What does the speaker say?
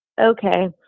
Okay